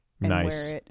nice